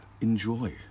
Enjoy